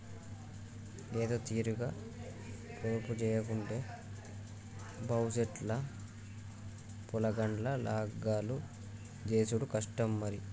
ఏదోతీరుగ పొదుపుజేయకుంటే బవుసెత్ ల పొలగాండ్ల లగ్గాలు జేసుడు కష్టం మరి